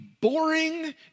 boring